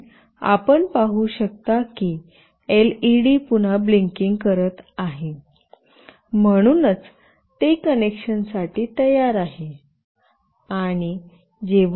आणि आपण पाहू शकता की एलईडी पुन्हा ब्लिंकिंग करत आहे म्हणूनच ते कनेक्शन साठी तयार आहे